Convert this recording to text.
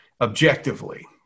objectively